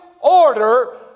order